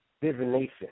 divination